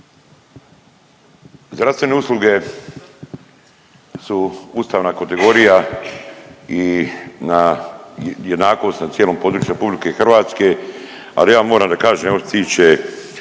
Zdravstvene usluge su ustavna kategorija i na jednakost na cijelom području RH, ali ja moram da kažem evo što se tiče